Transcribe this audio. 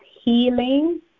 healing